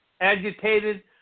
agitated